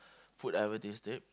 food I've ever tested